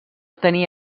tenir